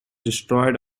destroyed